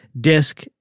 disk